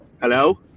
hello